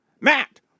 Matt